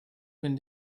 been